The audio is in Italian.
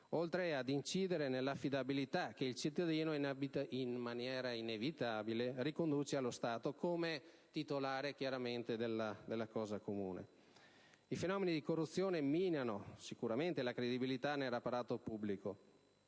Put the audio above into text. oltre ad incidere sull'affidabilità che il cittadino inevitabilmente riconduce allo Stato come titolare della cosa comune. I fenomeni di corruzione minano sicuramente la credibilità dell'apparato pubblico